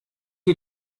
you